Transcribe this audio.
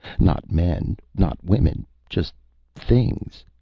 not men, not women, just things.